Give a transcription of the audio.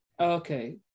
Okay